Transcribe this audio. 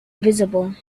visible